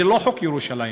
זה לא חוק ירושלים,